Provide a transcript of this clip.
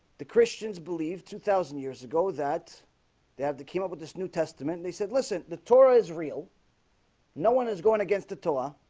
the christians believe two thousand years ago that they have to came up with this, new testament. they said listen the torah is real no, one is going against the torah